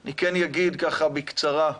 אני אגיד בקצרה,